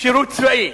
שירות צבאי.